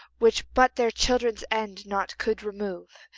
which but their children's end naught could remove,